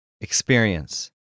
Experience